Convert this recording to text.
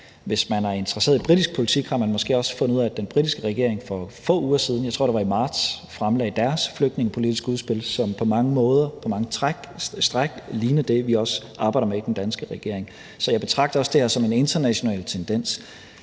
Hvis man er interesseret i britisk politik, har man måske også fundet ud af, at den britiske regering for få uger siden – jeg tror, det var i marts – fremlagde deres flygtningepolitiske udspil, som på mange måder, på mange stræk ligner det, vi også arbejder med i den danske regering. Så jeg betragter også det her som en international tendens.